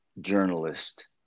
journalist